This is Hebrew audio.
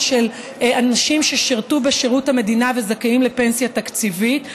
של אנשים ששירתו בשירות המדינה וזכאים לפנסיה תקציבית.